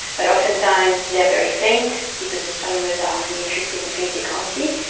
but oftentimes they are very faint because astronomers are only interested in things they can't see.